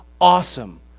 awesome